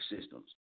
systems